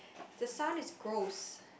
the sound is gross